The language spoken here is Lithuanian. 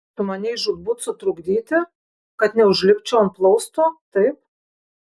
sumanei žūtbūt sutrukdyti kad neužlipčiau ant plausto taip